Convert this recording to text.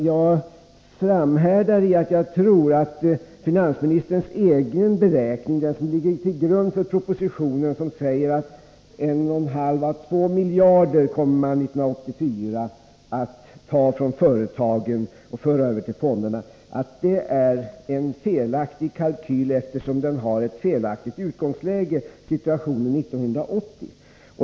Jag framhärdar i att tro att finansministerns egen beräkning — den som ligger till grund för propositionen och som säger att en och en halv å två miljarder år 1984 kommer att tas från företagen och föras över till fonderna — är en felaktig kalkyl, eftersom den har ett felaktigt utgångsläge, nämligen situationen 1980.